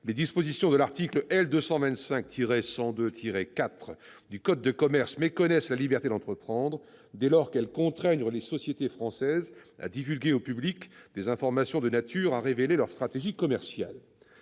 les dispositions de l'article L. 225-102-4 du code de commerce méconnaissent la liberté d'entreprendre dès lors qu'elles contraignent les sociétés françaises à divulguer au public des informations de nature à révéler leur stratégie commerciale